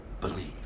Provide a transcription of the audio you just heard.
Believe